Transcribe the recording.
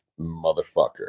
motherfucker